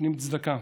נותנים צדקה,